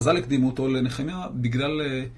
מזל הקדימו אותו לנחמיה בגלל...